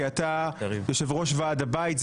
כי אתה יושב-ראש ועד הבית,